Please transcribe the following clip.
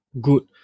good